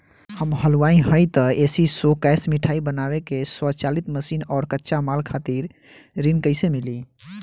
हम हलुवाई हईं त ए.सी शो कैशमिठाई बनावे के स्वचालित मशीन और कच्चा माल खातिर ऋण कइसे मिली?